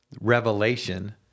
Revelation